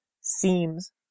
seems